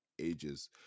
ages